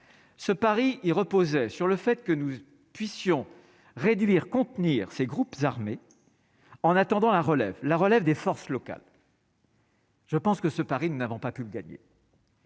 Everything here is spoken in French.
ce pari et reposait sur le fait que nous puissions réduire contenir ces groupes armés en attendant la relève la relève des forces locales. Je pense que ce pari, nous n'avons pas pu le gagner.